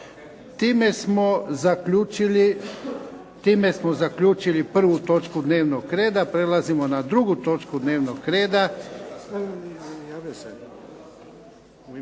Time smo zaključili prvu točku dnevnog reda. Prelazimo na drugu točku dnevnog reda.